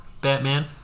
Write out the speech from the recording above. Batman